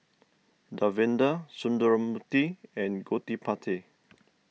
Davinder Sundramoorthy and Gottipati